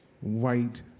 white